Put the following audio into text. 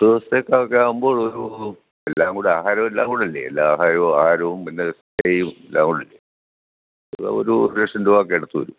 പത്തു ദിവസത്തേക്കൊക്കെ ആകുമ്പോൾ ഒരു എല്ലാം കൂടാഹാരമെല്ലാം കൂടെയല്ലേ എല്ലാ ആഹാരവും ആഹാരവും പിന്നെ സ്റ്റേയും എല്ലാം കൂടെയല്ലേ അത് ഒരു ഒരു ലക്ഷം രൂപയൊക്കെ അടുത്തു വരും